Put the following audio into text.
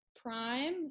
Prime